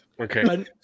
Okay